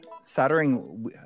soldering